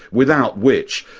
without which,